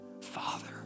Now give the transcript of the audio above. Father